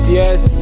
yes